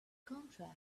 contract